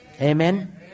Amen